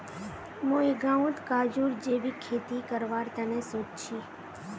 मुई गांउत काजूर जैविक खेती करवार तने सोच छि